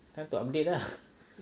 have to update lah